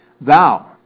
Thou